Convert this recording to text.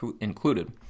included